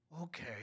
okay